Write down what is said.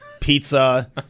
Pizza